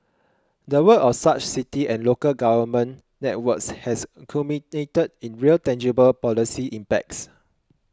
the work of such city and local government networks has culminated in real tangible policy impacts